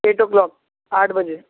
at o'clock آٹھ بجے